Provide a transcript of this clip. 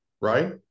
right